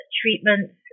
treatments